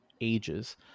ages